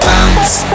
Bounce